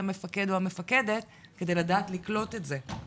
המפקד או המפקדת כדי לדעת לקלוט את זה.